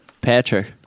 Patrick